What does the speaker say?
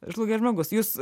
žlugęs žmogus jūs